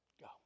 Go